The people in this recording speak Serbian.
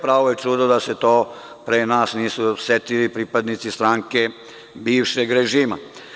Pravo je čudo da se to pre nas nisu setili pripadnici stranke bivšeg režima.